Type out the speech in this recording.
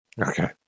Okay